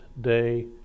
day